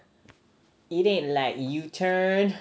it ain't like U turn